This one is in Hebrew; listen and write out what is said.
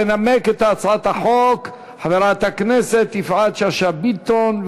תנמק את הצעת החוק חברת הכנסת יפעת שאשא ביטון.